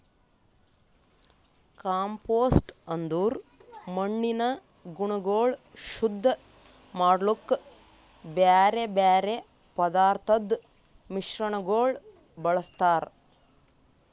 compost ಅಂದುರ್ ಮಣ್ಣಿನ ಗುಣಗೊಳ್ ಶುದ್ಧ ಮಾಡ್ಲುಕ್ ಬ್ಯಾರೆ ಬ್ಯಾರೆ ಪದಾರ್ಥದ್ ಮಿಶ್ರಣಗೊಳ್ ಬಳ್ಸತಾರ್